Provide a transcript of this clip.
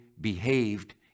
behaved